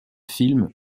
films